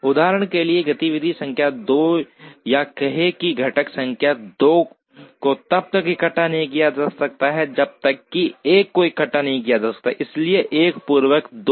उदाहरण के लिए गतिविधि संख्या 2 या कहें कि घटक संख्या 2 को तब तक इकट्ठा नहीं किया जा सकता है जब तक कि एक को इकट्ठा नहीं किया जाता है इसलिए 1 पूर्वर 2